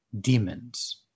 demons